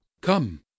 Come